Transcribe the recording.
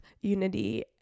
unity